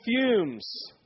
fumes